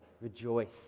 Rejoice